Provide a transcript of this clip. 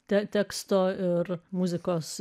teksto ir muzikos